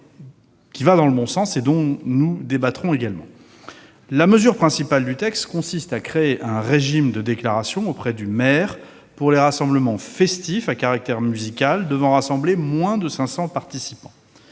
d'un amendement allant dans le bon sens. La mesure principale du texte consiste à créer un régime de déclaration auprès du maire pour les rassemblements festifs à caractère musical devant compter moins de 500 participants.